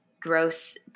gross